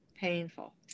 painful